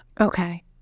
okay